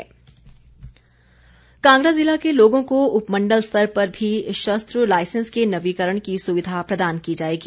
DC Kangra Kangra ज़िला के लोगों को उपमण्डल स्तर पर भी शस्त्र लाइसेंस के नवीकरण की सुविधा प्रदान की जाएगी